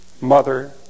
Mother